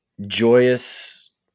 joyous